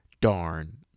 darn